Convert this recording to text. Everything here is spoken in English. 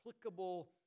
applicable